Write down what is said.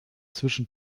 zwischen